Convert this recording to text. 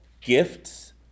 gifts